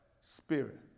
spirit